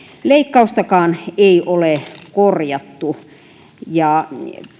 kaustakaan ei ole korjattu